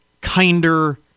kinder